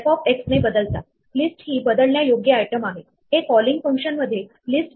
म्हणून इथे आपल्याकडे लाल काळा लाल आणि हिरवा या रंगांच्या नावा संबंधित लिस्ट आहे